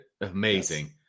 Amazing